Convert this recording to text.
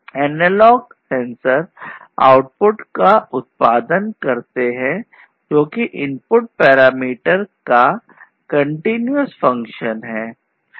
analogue में निरंतर भिन्नता दिखाता है